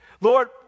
Lord